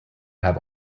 have